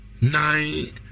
nine